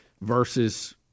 versus